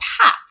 path